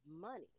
money